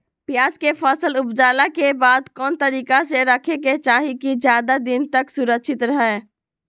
प्याज के फसल ऊपजला के बाद कौन तरीका से रखे के चाही की ज्यादा दिन तक सुरक्षित रहय?